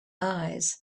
eyes